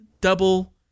double